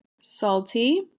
salty